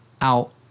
out